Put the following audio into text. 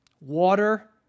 water